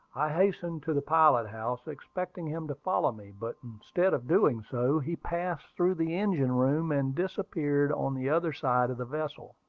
i hastened to the pilot-house, expecting him to follow me but instead of doing so, he passed through the engine-room, and disappeared on the other side of the vessel.